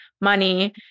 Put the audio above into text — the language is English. money